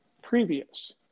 Previous